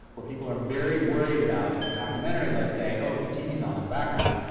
where people are very worried about, in a documentary, let's say, oh, if the tv's on in the background,